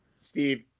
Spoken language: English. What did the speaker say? Steve